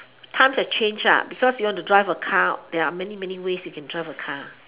times have changed because you want to drive a car there are many many ways you can drive a car